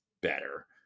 better